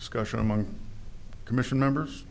discussion among commission members